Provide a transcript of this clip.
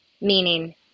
meaning